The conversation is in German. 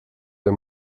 der